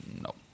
No